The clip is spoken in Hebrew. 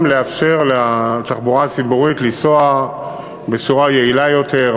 לאפשר לתחבורה הציבורית לנסוע בצורה יעילה יותר,